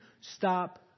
Stop